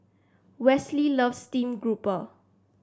Wesley loves stream grouper